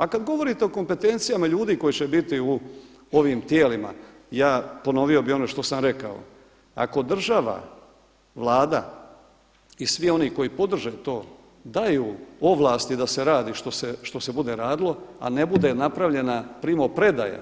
A kada govorite o kompetencijama ljudi koji će biti u ovim tijelima, ponovio bi ono što sam rekao, ako država, Vlada i svi oni koji podrže to, daju ovlasti što da se radi što se bude radilo, a ne bude napravljena primopredaja